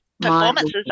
performances